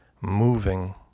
moving